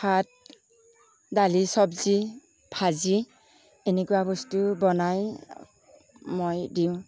ভাত দালি চব্জি ভাজি এনেকুৱা বস্তু বনাই মই দিওঁ